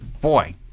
boy